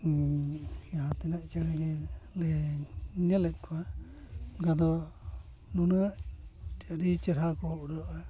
ᱡᱟᱦᱟᱸ ᱛᱤᱱᱟᱹᱜ ᱪᱮᱬᱮ ᱜᱮᱞᱤᱧ ᱧᱮᱞᱮᱫ ᱠᱚᱣᱟ ᱚᱱᱠᱟ ᱫᱚ ᱱᱩᱱᱟᱹᱜ ᱟᱹᱰᱤ ᱪᱮᱦᱨᱟ ᱠᱚ ᱩᱰᱟᱹᱜᱼᱟ